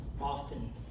often